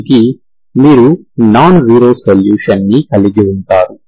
దీనికి మీరు non zero సొల్యూషన్ని కలిగి ఉంటారు